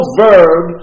verb